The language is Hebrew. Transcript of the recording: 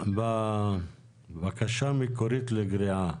הבקשה המקורית לגריעה,